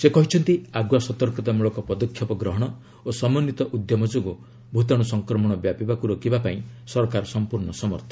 ସେ କହିଛନ୍ତି ଆଗୁଆ ସତର୍କତାମଳକ ପଦକ୍ଷେପ ଗ୍ରହଣ ଓ ସମନ୍ୱିତ ଉଦ୍ୟମ ଯୋଗୁଁ ଭୂତାଣୁ ସଂକ୍ରମଣ ବ୍ୟାପିବାକୁ ରୋକିବାପାଇଁ ସରକାର ସମ୍ପର୍ଣ୍ଣ ସମର୍ଥ